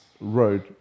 road